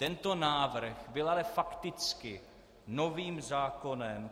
Tento návrh byl ale fakticky novým zákonem.